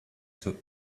two